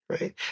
Right